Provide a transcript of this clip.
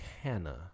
Hannah